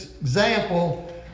example